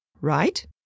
right